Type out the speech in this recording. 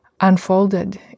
unfolded